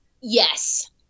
yes